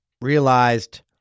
realized